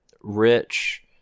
rich